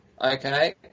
Okay